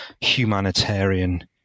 humanitarian